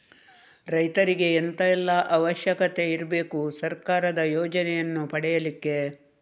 ರೈತರಿಗೆ ಎಂತ ಎಲ್ಲಾ ಅವಶ್ಯಕತೆ ಇರ್ಬೇಕು ಸರ್ಕಾರದ ಯೋಜನೆಯನ್ನು ಪಡೆಲಿಕ್ಕೆ?